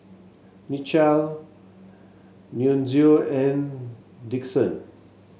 Nichelle Nunzio and Dixon